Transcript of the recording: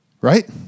Right